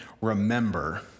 remember